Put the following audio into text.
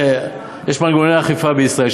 יש מנגנוני אכיפה בישראל,